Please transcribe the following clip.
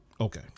Okay